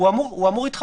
הוא אמור להתחבר.